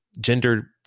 gender